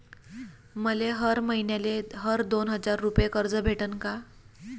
मले हर मईन्याले हर दोन हजार रुपये कर्ज भेटन का?